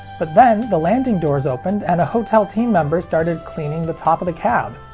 but then, the landing doors opened and hotel team member started cleaning the top of the cab.